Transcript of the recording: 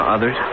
Others